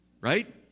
Right